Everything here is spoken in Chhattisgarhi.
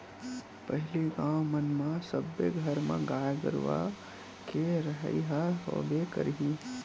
पहिली गाँव मन म सब्बे घर म गाय गरुवा के रहइ ह तो होबे करही